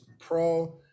pro